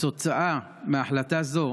כתוצאה מהחלטה זו,